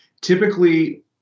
typically